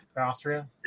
Austria